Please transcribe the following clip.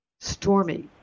stormy